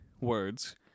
words